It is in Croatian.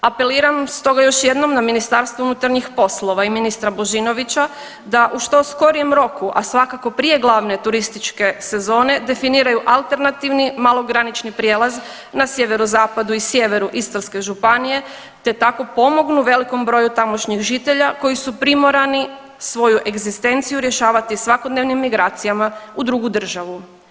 Apeliram stoga još jednom na Ministarstvo unutarnjih poslova i ministra Božinovića da u što skorijem roku, a svakako prije glavne turističke sezone definiraju alternativni malogranični prijelaz na sjeverozapadu i sjeveru Istarske županije te tako pomognu velikom broju tamošnjih žitelja koji su primorani svoju egzistenciju rješavati svakodnevnim migracijama u drugu državu.